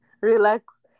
relax